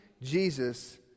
Jesus